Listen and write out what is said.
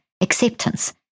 acceptance